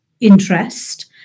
interest